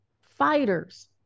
fighters